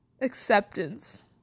acceptance